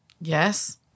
Yes